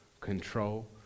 control